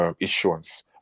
issuance